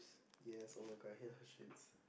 yes [oh]-my-god I hate her shoes